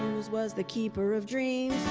hughes was the keeper of dreams,